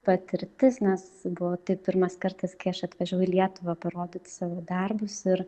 patirtis nes buvo tai pirmas kartas kai aš atvažiavau į lietuvą parodyt savo darbus ir